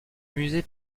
musée